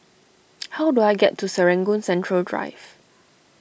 how do I get to Serangoon Central Drive